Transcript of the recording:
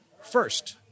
first